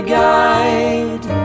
guide